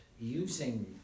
using